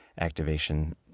activation